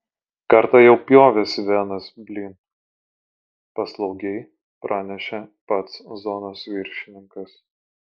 kartą jau pjovėsi venas blin paslaugiai pranešė pats zonos viršininkas